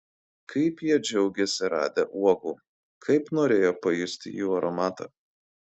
kaip jie džiaugėsi radę uogų kaip norėjo pajusti jų aromatą